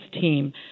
team